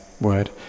word